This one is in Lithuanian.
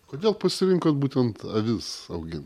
kodėl pasirinkot būtent avis augin